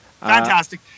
Fantastic